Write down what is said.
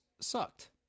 sucked